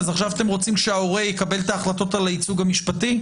אז עכשיו אתם רוצים שההורה יקבל את ההחלטות על הייצוג המשפטי?